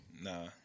Nah